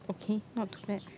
okay not too bad